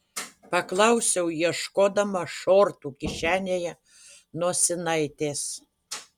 paklausiau ieškodama šortų kišenėje nosinaitės